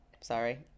Sorry